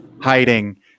hiding